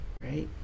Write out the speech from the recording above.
right